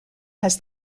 has